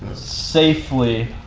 safely